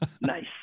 Nice